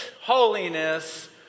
holiness